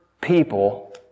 people